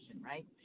right